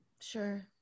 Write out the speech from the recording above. sure